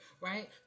right